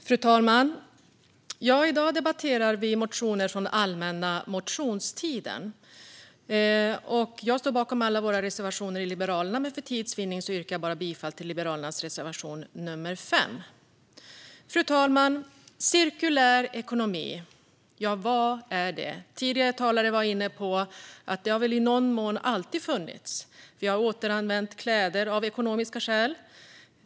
Fru talman! I dag debatterar vi motioner från allmänna motionstiden. Jag står bakom alla våra reservationer, men för tids vinnande yrkar jag bifall endast till Liberalernas reservation nr 5. Fru talman! Cirkulär ekonomi, vad är det? Tidigare talare var inne på att det i någon mån alltid har funnits. Vi har återanvänt kläder av ekonomiska skäl.